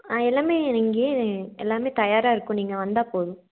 ஆ எல்லாமே இங்கே எல்லாமே தயாராக இருக்கும் நீங்கள் வந்தால் போதும்